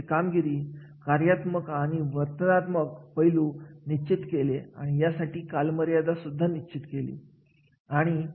मग या कार्यासाठी येणारी आव्हाने सुद्धा समजून घ्यावेत मग या कार्य पासून तयार होणाऱ्या मालकी हक्कांची सुद्धा जाणीव करून घ्यावी